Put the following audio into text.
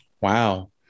Wow